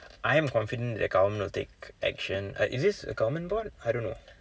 I am confident the government will take action uh is this government bond I don't know